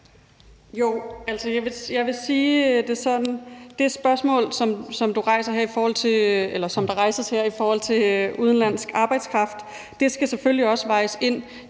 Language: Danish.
Jo, jeg vil sige det sådan, at det spørgsmål, som rejses her, i forhold til udenlandsk arbejdskraft, selvfølgelig også skal vejes ind